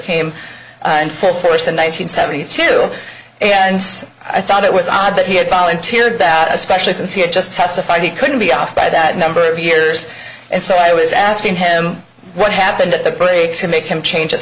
came in for force in one nine hundred seventy two and i thought it was odd that he had volunteered that especially since he had just testified he couldn't be off by that number of years and so i was asking him what happened at the break to make him change